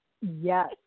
Yes